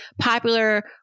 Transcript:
popular